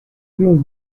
los